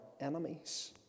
enemies